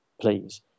please